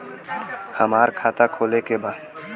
हमार खाता खोले के बा?